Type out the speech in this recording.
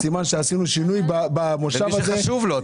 אז סימן שעשינו שינוי במושב הזה --- למי שזה חשוב לו,